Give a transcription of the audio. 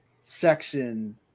section